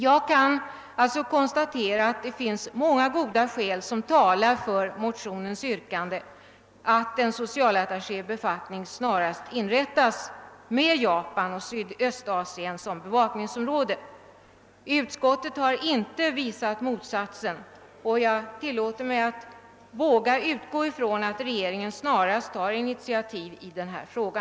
Jag kan sålunda konstatera att det finns många goda skäl som talar för yrkandet i motionen, att en socialattachébefattning snarast inrättas med Japan och Sydöstasien som bevakningsområde. Utskottet har inte visat motsatsen, och jag tillåter mig våga utgå ifrån att regeringen snarast tar initiativ i denna fråga.